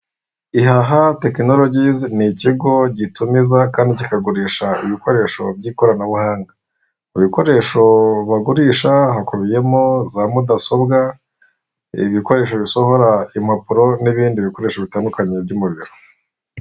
Ihaha tekinorogizi, ni ikigo gitumiza kandi kikagurisha ibikoresho by'ikoranabuhanga, mu bikoresho bagurisha hakubiyemo za mudasobwa, reba ibikoresho bisohora impapuro, n'ibindi bikoresho bitandukanye byo mu biro.